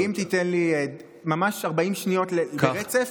אם תיתן לי ממש 40 שניות ברצף,